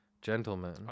Gentlemen